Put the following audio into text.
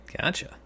gotcha